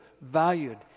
valued